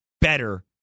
better